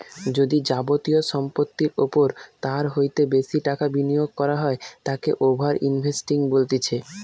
যদি যাবতীয় সম্পত্তির ওপর তার হইতে বেশি টাকা বিনিয়োগ করা হয় তাকে ওভার ইনভেস্টিং বলতিছে